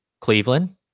Cleveland